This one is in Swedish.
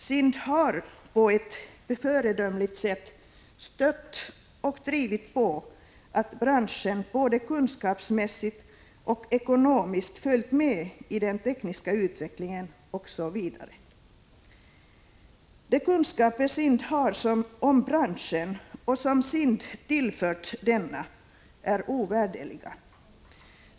SIND har på ett föredömligt sätt stött och drivit på så att branschen både kunskapsmässigt och ekonomiskt följt med i den tekniska utvecklingen osv. De kunskaper SIND har om branschen och som SIND tillfört denna är ovärderliga.